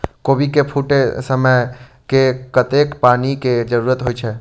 कोबी केँ फूटे समय मे कतेक पानि केँ जरूरत होइ छै?